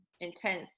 intense